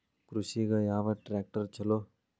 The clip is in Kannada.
ಕೃಷಿಗ ಯಾವ ಟ್ರ್ಯಾಕ್ಟರ್ ಛಲೋ?